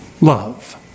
love